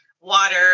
water